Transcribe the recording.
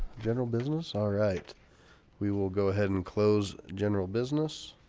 general business. all right we will go ahead and close general business